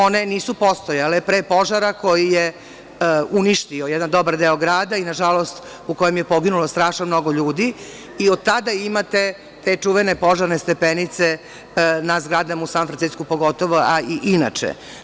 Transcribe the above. One nisu postojale pre požara koji je uništio jedan dobar deo grada i nažalost u kojem je poginulo strašno mnogo ljudi i od tada imate te čuvene požarne stepenice na zgradama u San Francisku a i inače.